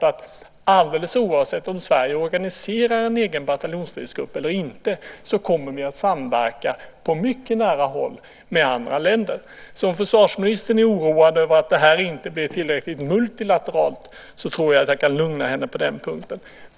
Alldeles oavsett om Sverige organiserar en egen bataljonsstridsgrupp eller inte är det alltså självklart att vi kommer att samverka på mycket nära håll med andra länder. Om försvarsministern är oroad över att detta inte blir tillräckligt multilateralt tror jag att jag kan lugna henne på den punkten.